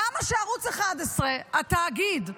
למה שערוץ 11, התאגיד,